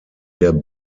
der